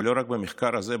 ולא רק במחקר הזה,